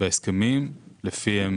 בהסכמים לפיהם